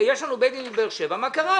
יש לנו בית דין בבאר שבע, מה קרה?